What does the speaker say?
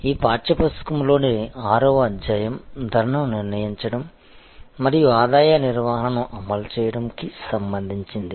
ఈ పాఠ్య పుస్తకం లోని 6 వ అధ్యాయం ధరను నిర్ణయించడం మరియు ఆదాయ నిర్వహణను అమలు చేయడం కి సంబంధించింది